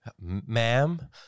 ma'am